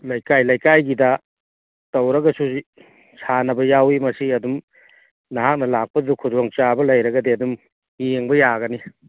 ꯂꯩꯀꯥꯏ ꯂꯩꯀꯥꯏꯒꯤꯗ ꯇꯧꯔꯒꯁꯨ ꯍꯧꯖꯤꯛ ꯁꯥꯟꯅꯕ ꯌꯥꯎꯏ ꯃꯁꯤ ꯑꯗꯨꯝ ꯅꯍꯥꯛꯅ ꯂꯥꯛꯄꯗꯨꯗ ꯈꯨꯗꯣꯡ ꯆꯥꯕ ꯂꯩꯔꯒꯗꯤ ꯑꯗꯨꯝ ꯌꯦꯡꯕ ꯌꯥꯒꯅꯤ